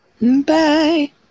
Bye